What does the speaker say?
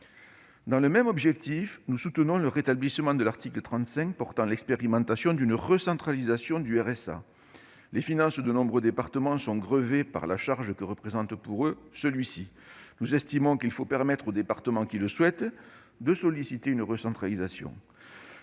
Dans le même objectif, nous soutiendrons le rétablissement de l'article 35 portant l'expérimentation d'une recentralisation du RSA. Les finances de nombreux départements sont grevées par la charge que représente cette allocation. Nous estimons qu'il faut permettre aux départements qui le souhaitent de solliciter une recentralisation.